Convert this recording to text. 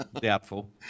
Doubtful